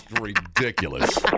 ridiculous